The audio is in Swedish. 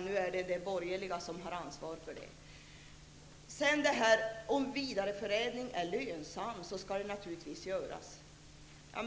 Nu är det de borgerliga som har ansvaret. Om vidareförädling är lönsam skall det naturligtvis ske, sade statsrådet.